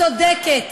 צודקת,